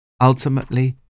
Ultimately